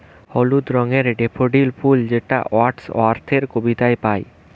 হলুদ রঙের ডেফোডিল ফুল যেটা ওয়ার্ডস ওয়ার্থের কবিতায় পাই